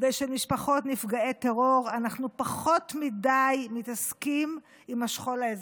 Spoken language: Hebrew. ושל משפחות נפגעי טרור ואנחנו פחות מדי מתעסקים בשכול האזרחי.